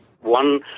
One